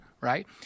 right